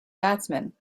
batsman